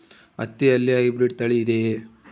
ಹತ್ತಿಯಲ್ಲಿ ಹೈಬ್ರಿಡ್ ತಳಿ ಇದೆಯೇ?